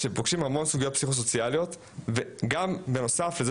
שפוגשים המון סוגיות פסיכוסוציאליות וגם בנוסף לזה